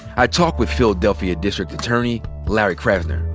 i talk with philadelphia district attorney larry krasner,